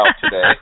today